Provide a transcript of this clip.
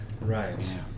Right